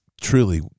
truly